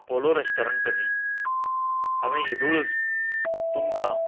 Apollo restaurant न्ही हांवेन येदोळूच तुमकां